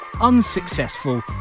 unsuccessful